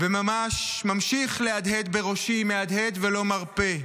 וממש ממשיך להדהד בראשי, מהדהד ולא מרפה: